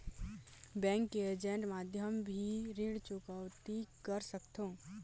Bank के agent माध्यम भी ऋण चुकौती कर सकथों?